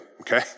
okay